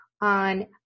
on